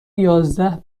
یازده